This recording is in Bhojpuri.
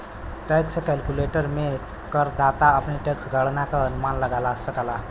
टैक्स कैलकुलेटर में करदाता अपने टैक्स गणना क अनुमान लगा सकला